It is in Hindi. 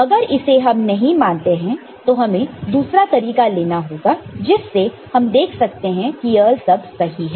अगर इसे हम नहीं मानते हैं तो हमें दूसरा तरीका लेना होगा जिससे हम देख सकते हैं कि यह सब सही है